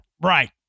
Right